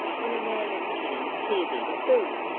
when a man is eating, he is eating food.